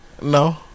No